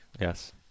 Yes